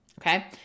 okay